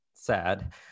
sad